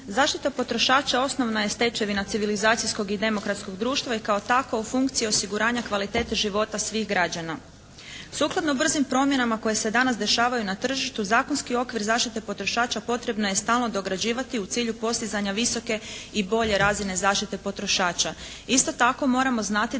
Zaštita potrošača osnovna je stečevina civilizacijskog i demokratskog društva i kao takva u funkciji osiguranja kvalitete života svih građana. Sukladno brzim promjenama koje se danas dešavaju na tržištu zakonski okvir zaštite potrošača potrebno je stalno dograđivati u cilju postizanja visoke i bolje razine zaštite potrošača.